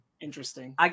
Interesting